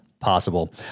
possible